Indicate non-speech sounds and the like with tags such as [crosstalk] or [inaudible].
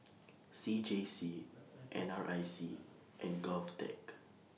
[noise] C J C N R I C and Govtech